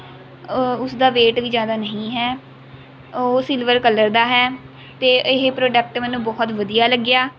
ਉਸਦਾ ਵੇਟ ਵੀ ਜ਼ਿਆਦਾ ਨਹੀਂ ਹੈ ਉਹ ਸਿਲਵਰ ਕਲਰ ਦਾ ਹੈ ਅਤੇ ਇਹ ਪ੍ਰੋਡਕਟ ਮੈਨੂੰ ਬਹੁਤ ਵਧੀਆ ਲੱਗਿਆ